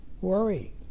worry